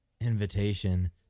invitation